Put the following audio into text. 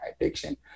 addiction